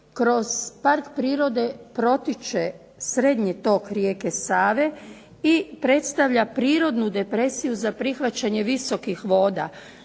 Kroz park prirode protiče srednji tok rijeke Save i predstavlja prirodnu depresiju za prihvaćanje visokih voda.